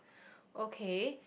okay